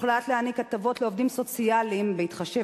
הוחלט להעניק הטבות לעובדים סוציאליים בהתחשב